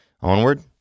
Onward